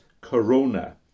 Corona